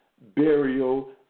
burial